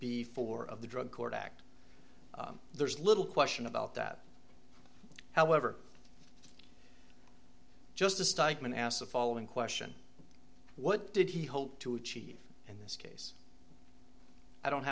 before of the drug court act there's little question about that however just a statement asked the following question what did he hope to achieve in this case i don't